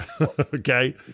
Okay